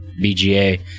BGA